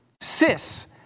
cis